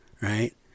Right